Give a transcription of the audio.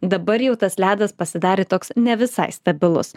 dabar jau tas ledas pasidarė toks ne visai stabilus